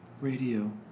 radio